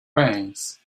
veins